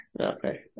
Okay